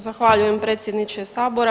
Zahvaljujem predsjedniče Sabora.